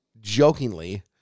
jokingly